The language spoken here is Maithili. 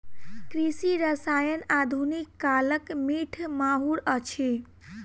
कृषि रसायन आधुनिक कालक मीठ माहुर अछि